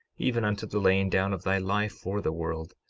even unto the laying down of thy life for the world,